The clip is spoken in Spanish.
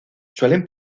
suelen